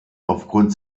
aufgrund